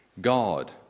God